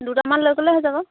দুটামান লৈ গ'লে হৈ যাব